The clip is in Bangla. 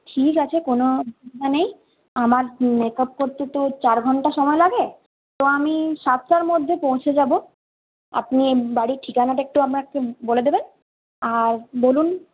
ঠিক আছে কোন অসুবিধা নেই আমার মেকাপ করতে তো চার ঘণ্টা সময় লাগে তো আমি সাতটার মধ্যে পৌঁছে যাব আপনি বাড়ির ঠিকানাটা একটু আমাকে বলে দেবেন আর বলুন